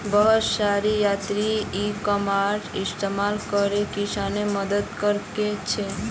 बहुत सारा यांत्रिक इ कॉमर्सेर इस्तमाल करे किसानक मदद क र छेक